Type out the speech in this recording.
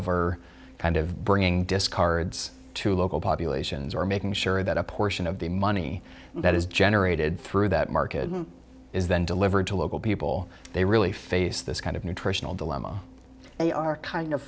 over kind of bringing discards to local populations are making sure that a portion of the money that is generated through that market is then delivered to local people they really face this kind of nutritional dilemma they are kind of